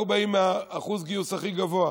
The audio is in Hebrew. אנחנו באים מאחוז הגיוס הכי גבוה,